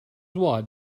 watt